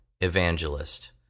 evangelist